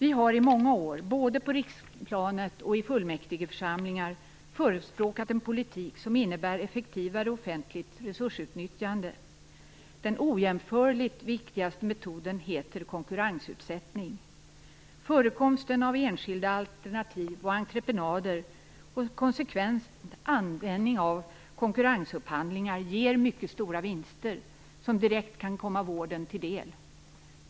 I många år har vi både på riksplanet och i fullmäktigeförsamlingar förespråkat en politik som innebär ett effektivare offentligt resursutnyttjande. Den ojämförligt viktigaste metoden heter konkurrensutsättning. Förekomsten av enskilda alternativ och entreprenader samt en konsekvent användning av konkurrensupphandlingar ger mycket stora vinster, som direkt kan komma vården till del.